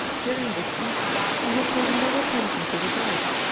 during this feast i had paid no attention to the birds,